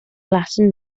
latin